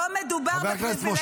לא מדובר בפריבילגיה.